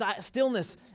stillness